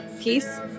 peace